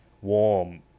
warm